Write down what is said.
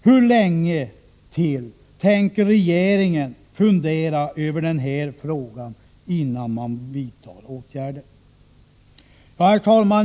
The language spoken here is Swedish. Hur länge tänker regeringen fundera över den här frågan innan man vidtar åtgärder? Herr talman!